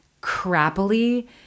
crappily